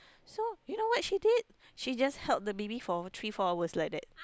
so you know what she did she just held the baby for three four hours like that